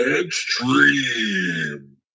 extreme